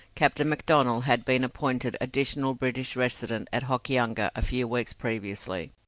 captain mcdonnell had been appointed additional british resident at hokianga a few weeks previously.